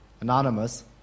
anonymous